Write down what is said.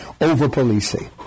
over-policing